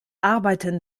arbeiten